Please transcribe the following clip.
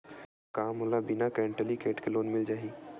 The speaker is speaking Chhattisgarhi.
का मोला बिना कौंटलीकेट के लोन मिल जाही?